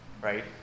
right